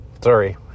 Sorry